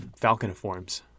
Falconiforms